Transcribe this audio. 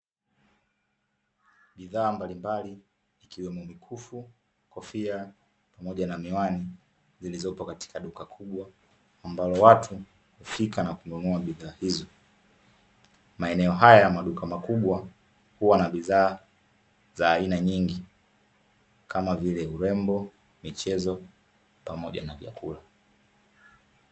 Bidhaa mbalimbali ikiwemo mikufu, kofia pamoja na miwani, zilizopo katika duka kubwa ambalo watu hufika na kununua bidhaa hizo. Maeneo haya ya maduka makubwa huwa na bidhaa za aina nyingi kama vile urembo, michezo pamoja na vyakula.